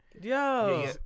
yo